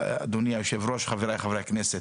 אדוני היו"ר וחבריי חברי הכנסת,